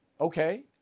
Okay